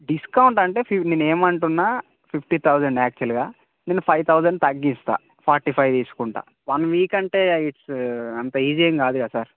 discount అంటే see నేను ఏమంటున్నా ఫిఫ్టీ తౌజండ్ యాక్చువల్గా నేను ఫైవ్ తౌజండ్ తగ్గిస్తా ఫార్టీ ఫైవ్ తీసుకుంటా వన్ వీక్ అంటే ఇట్స్ అంత ఈజీ ఏం కాదు కదా సార్